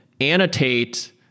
annotate